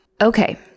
Okay